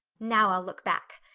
now i'll look back.